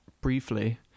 briefly